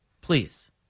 please